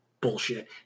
bullshit